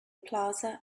plaza